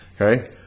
Okay